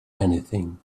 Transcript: anything